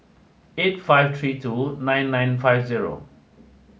eight five three two nine nine five zero